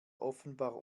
offenbar